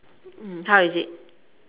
how is it